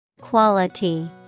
Quality